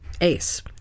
ace